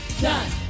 done